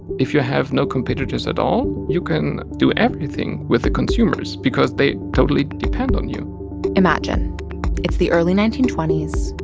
if you have no competitors at all, you can do everything with the consumers because they totally depend on you imagine it's the early nineteen twenty s.